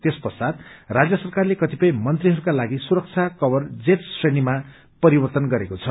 यस पश्चात राज्य सरकारले कतिपय मंत्रीहरूका लागि सुरक्षा कवच पनि जेड श्रेणीामा परिवर्तन गरेको छ